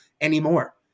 anymore